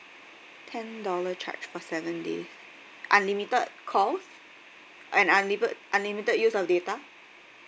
ten dollar charge for seven days unlimited calls and unilim~ unlimited use of data